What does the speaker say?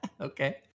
Okay